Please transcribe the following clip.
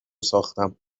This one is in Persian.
ساختم